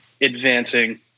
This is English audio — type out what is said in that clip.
advancing